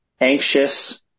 anxious